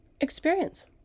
experience